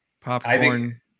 popcorn